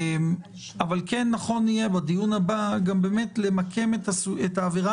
אבל נכון יהיה בדיון הבא למקם את העבירה